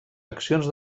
accions